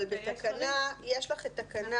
אבל יש לך תקנה